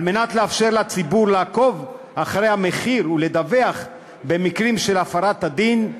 על מנת לאפשר לציבור לעקוב אחרי המחיר ולדווח במקרים של הפרת הדין,